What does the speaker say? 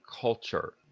culture